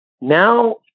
Now